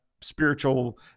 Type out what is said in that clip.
spiritual